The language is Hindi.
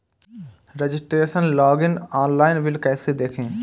रजिस्ट्रेशन लॉगइन ऑनलाइन बिल कैसे देखें?